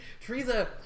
Teresa